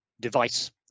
device